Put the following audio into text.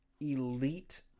elite